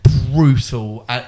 brutal